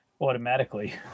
automatically